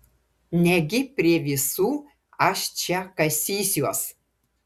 negi prie visų aš čia kasysiuos